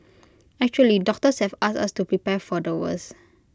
actually doctors have asked us to prepare for the worst